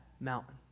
mountain